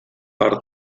per